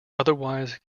otherwise